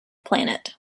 planet